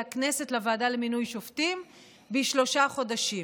הכנסת לוועדה למינוי שופטים בשלושה חודשים.